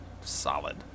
solid